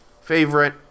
favorite